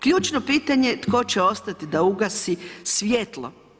Ključno pitanje, tko će ostati da ugasi svjetlo.